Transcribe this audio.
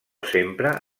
sempre